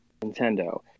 Nintendo